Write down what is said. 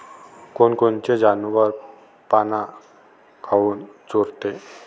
कोनकोनचे जनावरं पाना काऊन चोरते?